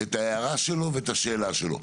את ההערה שלו ואת השאלה שלו.